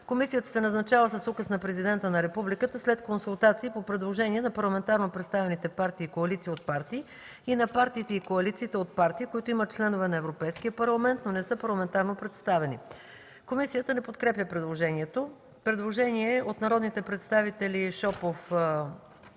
Комисията се назначава с указ на президента на републиката след консултации и по предложение на парламентарно представените партии и коалиции от партии и на партиите и коалициите от партии, които имат членове на Европейския парламент, но не са парламентарно представени.” Комисията не подкрепя предложението. Предложение от народните представители Павел